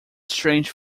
strange